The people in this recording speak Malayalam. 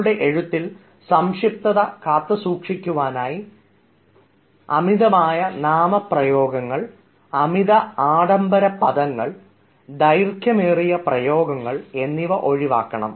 നിങ്ങളുടെ എഴുത്തിൽ സംക്ഷിപ്ത കാത്തുസൂക്ഷിക്കുവാനായി അമിതമായ നാമ പ്രയോഗങ്ങൾ അമിത ആഡംബര പദങ്ങൾ ദൈർഘ്യമേറിയ പ്രയോഗങ്ങൾ എന്നിവ ഒഴിവാക്കണം